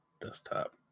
Desktop